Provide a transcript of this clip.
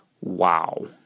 Wow